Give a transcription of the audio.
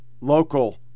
local